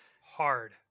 hard